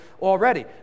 already